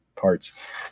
parts